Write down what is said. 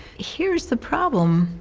here's the problem.